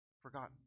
forgotten